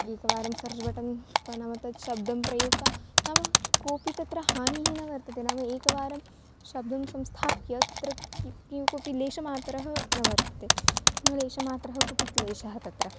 एकवारं search button त्वा नाम तत् शब्दं प्रयुक्ता नाम कोपि तत्र हानिः न वर्तते नाम एकवारं शब्दं संस्थाप्य त्र् कि क्यूव् कोऽपि लेशमात्रः न वर्तते न लेशमात्रः कोऽपि क्लेशः तत्र